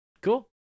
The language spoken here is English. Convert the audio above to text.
cool